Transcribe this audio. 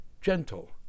gentle